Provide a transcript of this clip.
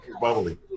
Bubbly